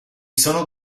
sono